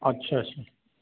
अच्छा अच्छा